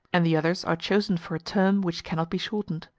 and the others are chosen for a term which cannot be shortened.